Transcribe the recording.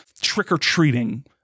trick-or-treating